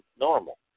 normal